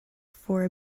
for